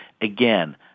again